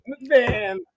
Man